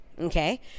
okay